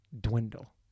dwindle